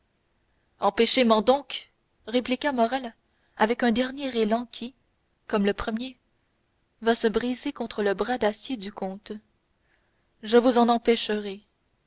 donc répliqua morrel avec un dernier élan qui comme le premier vint se briser contre le bras d'acier du comte je vous en empêcherai